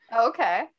Okay